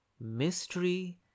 mystery